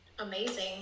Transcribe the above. Amazing